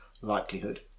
likelihood